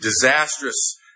disastrous